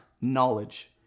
knowledge